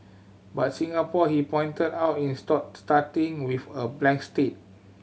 but Singapore he pointed out in starting with a blank state